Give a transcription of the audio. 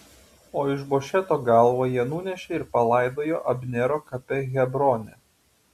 o išbošeto galvą jie nunešė ir palaidojo abnero kape hebrone